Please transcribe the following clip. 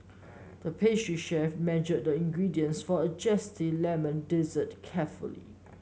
the pastry chef measured the ingredients for a zesty lemon dessert carefully